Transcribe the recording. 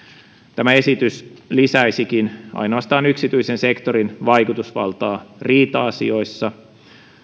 tämä esitys lisäisikin ainoastaan yksityisen sektorin vaikutusvaltaa riita asioissa